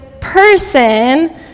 person